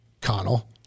Connell